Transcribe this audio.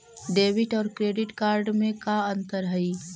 Debit और credit card में का अंतर हइ?